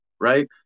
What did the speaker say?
right